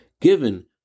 given